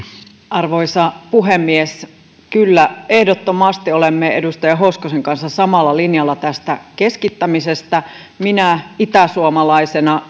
arvoisa puhemies kyllä ehdottomasti olemme edustaja hoskosen kanssa samalla linjalla tästä keskittämisestä minä itäsuomalaisena